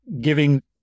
giving